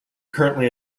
currently